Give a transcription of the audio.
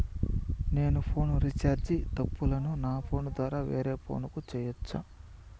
నేను phone recharge తప్పులను నా ఫోను ద్వారా వేరే ఫోను కు సేయొచ్చా?